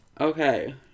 Okay